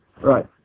Right